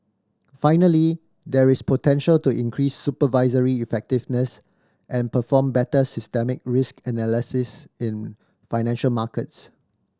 finally there is potential to increase supervisory effectiveness and perform better systemic risk analysis in financial markets